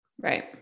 Right